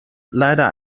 leider